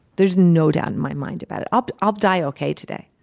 there's no doubt in my mind about it. ah but i'll die okay today.